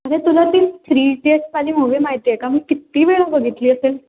अग तुला ती थ्री इडियटवाली मूव्ही माहीत आहे का मी कित्तीवेळा बघितली असेल